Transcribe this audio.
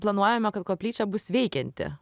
planuojama kad koplyčia bus veikianti